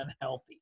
unhealthy